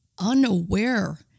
unaware